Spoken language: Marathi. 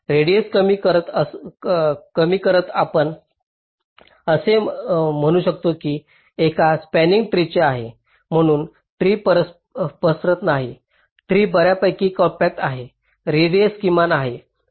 रेडिएस कमी करत आपण असे म्हणू शकतो की हे एका स्पंनिंग ट्रीचे आहे म्हणजे ट्री पसरत नाही ट्री बर्यापैकी कॉम्पॅक्ट आहे रेडिएस किमान आहे